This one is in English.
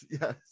yes